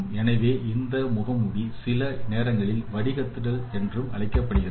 எனவே இந்த முகமூடி சில நேரங்களில் வடிகட்டுதல் என்றும் அழைக்கப்படுகின்றது